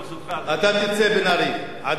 אתה תצא, בן-ארי, עדיף שתצא.